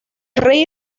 rey